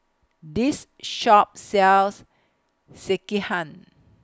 This Shop sells Sekihan